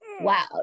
Wow